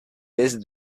est